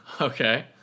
Okay